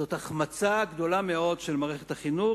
זו החמצה גדולה מאוד של מערכת החינוך,